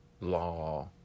law